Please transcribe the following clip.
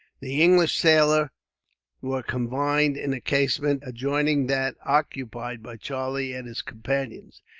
the english sailors were confined in a casemate, adjoining that occupied by charlie and his companions.